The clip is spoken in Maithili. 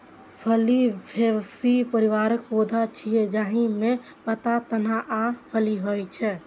फली फैबेसी परिवारक पौधा छियै, जाहि मे पात, तना आ फली होइ छै